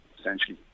essentially